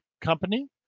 company